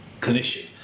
clinician